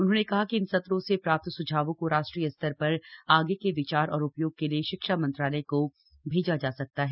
उन्होंने कहा कि इन सत्रों से प्राप्त सुझावों को राष्ट्रीय स्तर पर आगे के विचार और उपयोग के लिए शिक्षा मंत्रालय को भैजा जा सकता है